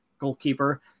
goalkeeper